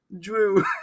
Drew